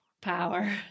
power